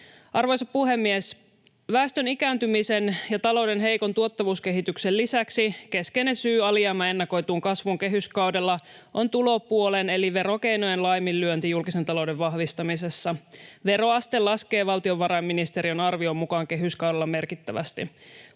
Arvoisa puhemies! Väestön ikääntymisen ja talouden heikon tuottavuuskehityksen lisäksi keskeinen syy alijäämän ennakoituun kasvuun kehyskaudella on tulopuolen eli verokeinojen laiminlyönti julkisen talouden vahvistamisessa. Veroaste laskee valtiovarainministeriön arvion mukaan kehyskaudella merkittävästi.